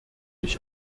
ich